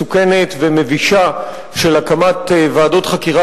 מסוכנת ומבישה של הקמת ועדות חקירה